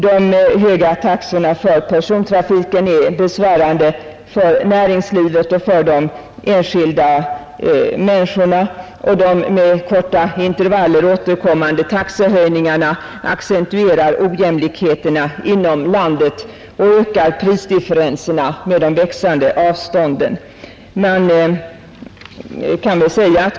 De höga taxorna i persontrafiken är också besvärande för näringslivet och för de enskilda människorna, och de med korta intervaller återkommande taxehöjningarna accentuerar bristen på jämlikhet inom landet och ökar prisdifferenserna med de växande avstånden.